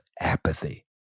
apathy